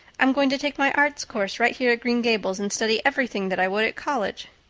i'm going to take my arts course right here at green gables, and study everything that i would at college.